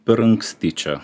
per anksti čia